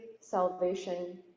salvation